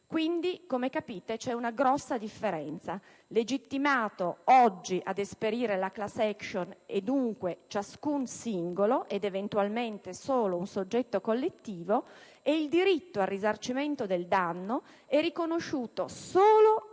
Come capite, c'è una grossa differenza. Legittimato oggi ad esperire la *class action* è dunque ciascun singolo - ed eventualmente solo un soggetto collettivo - e il diritto al risarcimento del danno è riconosciuto solo